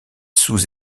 sous